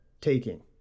taking